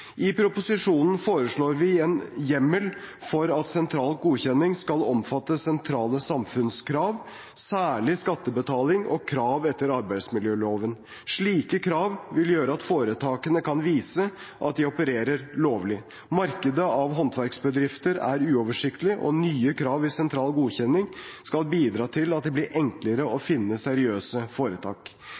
I proposisjonen foreslår vi en hjemmel for at sentral godkjenning skal omfatte sentrale samfunnskrav, særlig skattebetaling og krav etter arbeidsmiljøloven. Slike krav vil gjøre at foretakene kan vise at de opererer lovlig. Markedet av håndverksbedrifter er uoversiktlig, og nye krav i sentral godkjenning skal bidra til at det blir enklere å finne seriøse foretak.